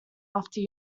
after